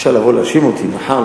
אפשר לבוא ולהאשים אותי מחר,